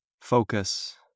Focus